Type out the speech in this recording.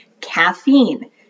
caffeine